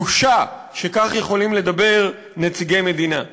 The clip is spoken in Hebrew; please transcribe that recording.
בושה שככה יכולים לדבר נציגי מדינה.